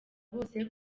bose